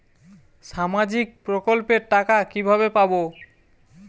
সামাজিক প্রকল্পের টাকা কিভাবে পাব?